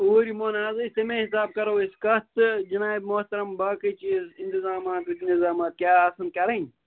اوٗرۍ یِمو نہَ حظ أسۍ تٮ۪مے حِساب کَرو أسۍ کَتھ تہٕ جِناب مۅحتَرَم باقٕے چیٖز اِنتظامات وِنتظامات کیٛاہ آسَن کَرٕنۍ